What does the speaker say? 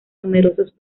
numerosos